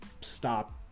stop